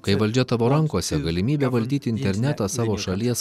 kai valdžia tavo rankose galimybė valdyti internetą savo šalies